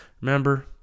Remember